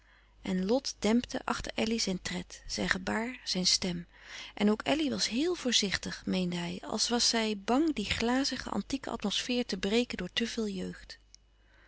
en lot dempte achter elly zijn tred zijn gebaar zijn stem en ook elly was heel voorzichtig meende hij als was zij bang die glazige antieke atmosfeer te breken door te veel jeugd